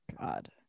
God